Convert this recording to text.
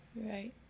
Right